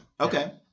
Okay